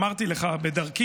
אמרתי לך בדרכי,